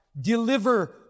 deliver